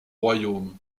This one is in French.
royaume